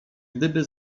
gdyby